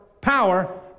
power